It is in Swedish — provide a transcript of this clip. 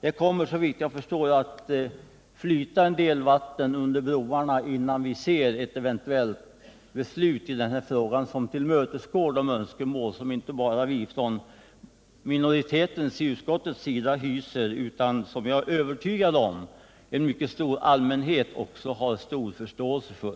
Det kommer såvitt jag förstår att flyta en del vatten under broarna innan vi ser ett eventuellt beslut i den här frågan som tillmötesgår önskemålen som inte bara vi i utskottsminoriteten har utan — det är jag övertygad om — också en mycket stor allmänhet har förståelse för.